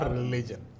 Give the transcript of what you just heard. religion